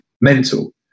Mental